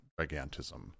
gigantism